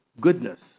goodness